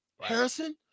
Harrison